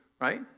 right